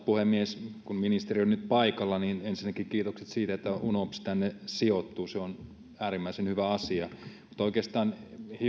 puhemies kun ministeri on nyt paikalla niin ensinnäkin kiitokset siitä että unops tänne sijoittuu se on äärimmäisen hyvä asia oikeastaan